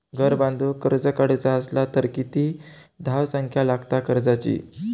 घर बांधूक कर्ज काढूचा असला तर किती धावसंख्या लागता कर्जाची?